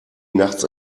nachts